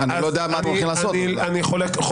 אני לא יודע מה אתם הולכים לעשות.